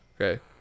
Okay